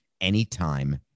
anytime